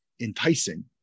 enticing